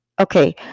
Okay